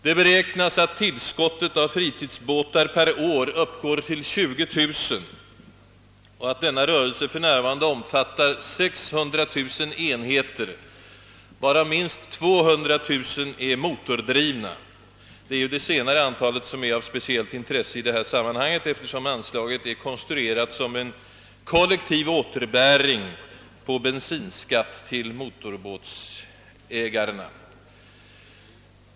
Det beräknas att tillskottet av fritidsbåtar per år uppgår till 20 000 och att denna rörelse för närvarande omfattar 600000 enheter, av vilka minst 200000 är motordrivna. Det senare antalet är av speciellt intresse i detta sammanhang, eftersom anslaget avser en kollektiv återbäring av bensinskatt till motorbåtsägarna.